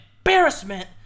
embarrassment